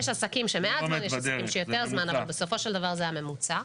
יש עסקים שמעט זמן ויש עסקים שהרבה זמן אב בסופו של דבר זה הממוצע.